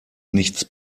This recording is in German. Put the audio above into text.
nichts